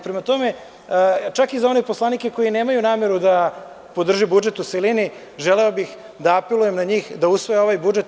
Prema tome, čak i za one poslanike kojinemaju nameru da podrže budžet u celini, želeo bih da apelujem u njih da usvoje ovaj budžet.